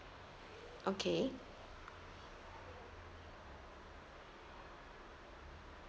okay